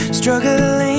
struggling